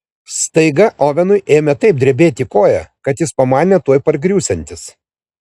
staiga ovenui ėmė taip drebėti koja kad jis pamanė tuoj pargriūsiantis